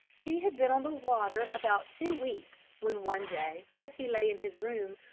he had been on the water about two weeks when one day as he lay in his room,